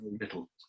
Little